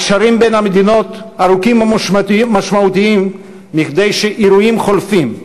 הקשרים בין המדינות ארוכים ומשמעותיים מכדי שאירועים חולפים,